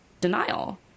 denial